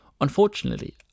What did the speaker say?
Unfortunately